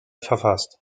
verfasst